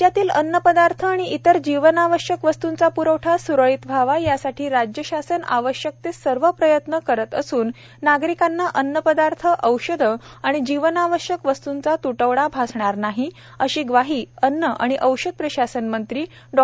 राज्यातील अन्न पदार्थ आणि इतर जीवनावश्यक वस्त्ंचा प्रवठा स्रळीत व्हावा यासाठी राज्य शासन आवश्यक ते सर्व प्रयत्न करीत असून नागरिकांना अन्न पदार्थ औषधे आणि जीवनावश्यक वस्तुंचा तुटवडा भासणार नाही अशी ग्वाही अन्न आणि औषध प्रशासन मंत्री डॉ